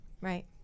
Right